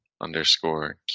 underscore